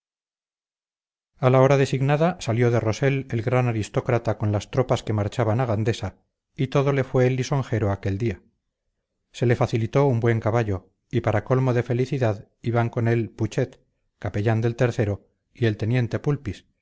a la hora designada salió de rossell el gran aristócrata con las tropas que marchaban a gandesa y todo le fue lisonjero aquel día se le facilitó un buen caballo y para colmo de felicidad iban con él putxet capellán del o y el teniente pulpis